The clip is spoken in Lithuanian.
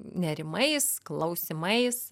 nerimais klausimais